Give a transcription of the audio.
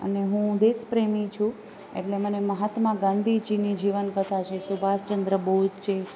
અને હું દેશપ્રેમી છું એટલે મને મહાત્મા ગાંધીજીની જીવન કથા છે સુભાષ ચંદ્ર બોઝ છે